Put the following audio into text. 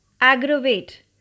aggravate